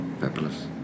Fabulous